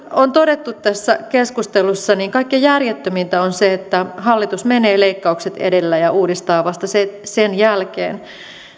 on todettu tässä keskustelussa niin kaikkein järjettömintä on se että hallitus menee leikkaukset edellä ja uudistaa vasta sen jälkeen